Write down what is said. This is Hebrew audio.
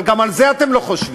אבל גם על זה אתם לא חושבים.